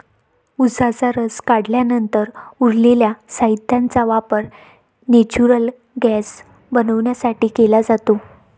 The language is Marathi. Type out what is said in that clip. उसाचा रस काढल्यानंतर उरलेल्या साहित्याचा वापर नेचुरल गैस बनवण्यासाठी केला जातो